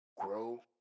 grow